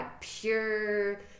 pure